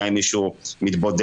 גם אם מישהו מתבודד,